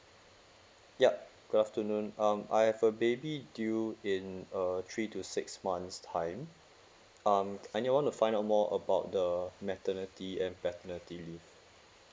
ya good afternoon um I have a baby due in uh three to six months time um I only want to find out more about the maternity and paternity leave